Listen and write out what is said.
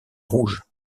rouge